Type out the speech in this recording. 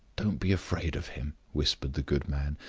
don't be afraid of him, whispered the good man,